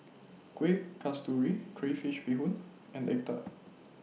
Kueh Kasturi Crayfish Beehoon and Egg Tart